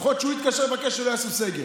יכול להיות שהוא התקשר לבקש שלא יעשו סגר.